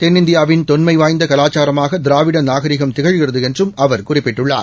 தென்னிந்தியாவின் தொன்மை வாய்ந்த கலாச்சாரமாக திராவிட நாகரிகம் திகழ்கிறது என்றம் அவர் குறிப்பிட்டுள்ளார்